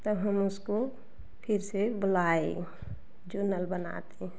तब हम उसको फ़िर से बुलाए जो नल बनाते